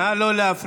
נא לא להפריע.